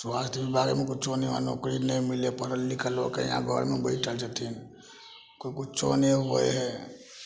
स्वास्थ्य विभागमे कुच्छो नहि मानू किछु नहि मिललै यहाँ पढ़ल लिखल लोक हइ यहाँ घरमे बैठल छथिन कोइ कुच्छो नहि होइ हइ